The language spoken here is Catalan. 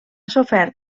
sofert